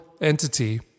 entity